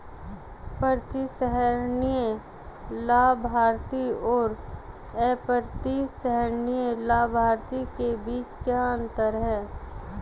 प्रतिसंहरणीय लाभार्थी और अप्रतिसंहरणीय लाभार्थी के बीच क्या अंतर है?